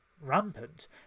rampant